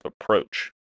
approach